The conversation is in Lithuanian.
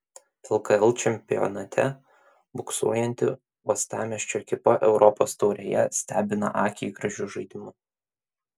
lkl čempionate buksuojanti uostamiesčio ekipa europos taurėje stebina akiai gražiu žaidimu